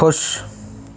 खुश